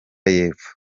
y’epfo